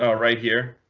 ah right here?